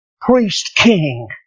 priest-king